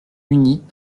unies